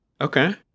Okay